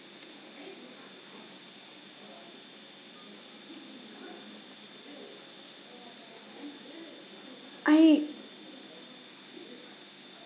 I